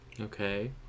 okay